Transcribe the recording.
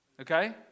Okay